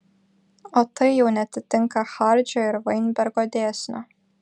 o tai jau neatitinka hardžio ir vainbergo dėsnio